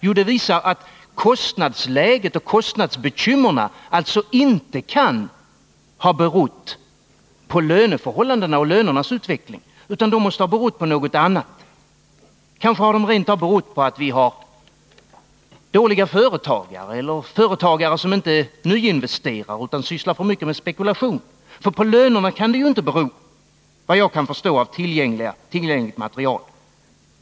Jo, det visar att kostnadsläget och kostnadsbekymren inte kan ha berott på löneförhållandena och lönernas utveckling utan de måste ha berott på något annat. Kanske har de rent av berott på att det finns dåliga företagare eller företagare som inte nyinvesterar utan alltför mycket sysslar med spekulation, ty på lönerna kan detta ju inte bero, vad jag kan förstå av tillgängligt material.